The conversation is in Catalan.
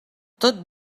tot